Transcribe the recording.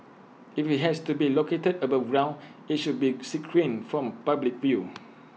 if IT has to be located above ground IT should be screened from public view